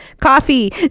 Coffee